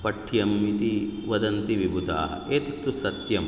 पठ्यम् इति वदन्ति विबुधाः एतत्तु सत्यं